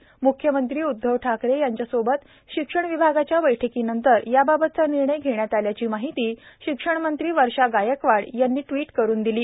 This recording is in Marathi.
म्ख्यमंत्री उद्धव ठाकरे यांच्यासोबत शिक्षण विभागाच्या बैठकीनंतर याबाबतचा निर्णय घेण्यात आल्याची माहिती शिक्षण मंत्री वर्षा गायकवाड यांनी टि्वट करून दिली